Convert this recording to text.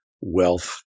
wealth